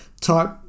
type